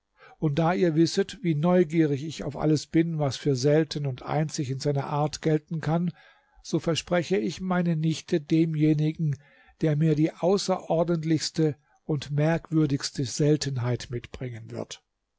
und da ihr wisset wie neugierig ich auf alles bin was für selten und einzig in seiner art gelten kann so verspreche ich meine nichte demjenigen der mir die außerordentlichste und merkwürdigste seltenheit mitbringen wird